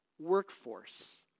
workforce